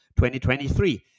2023